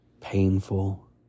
painful